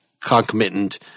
concomitant